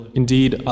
indeed